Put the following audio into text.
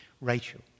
Rachel